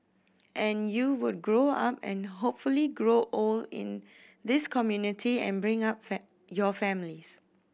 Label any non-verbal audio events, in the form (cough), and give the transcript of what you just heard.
and you would grow up and hopefully grow old in this community and bring up (unintelligible) your families